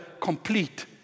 complete